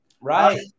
Right